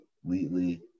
completely